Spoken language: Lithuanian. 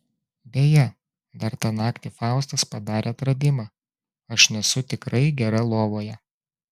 beje dar tą naktį faustas padarė atradimą aš nesu tikrai gera lovoje